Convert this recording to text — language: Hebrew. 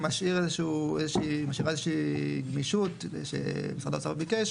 משאיר איזה שהיא גמישות שהשר ביקש,